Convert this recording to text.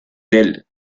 del